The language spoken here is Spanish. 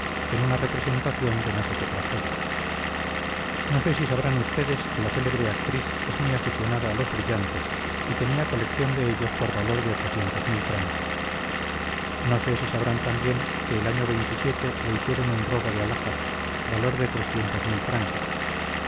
en una representación de no sé qué tragedia no sé si sabrán ustedes que la célebre actriz es muy aficionada a los brillantes y tenía colección de ellos por valor de ochocientos mil francos no sé si sabrán también que el año le hicieron un robo de alhajas valor de trescientos mil francos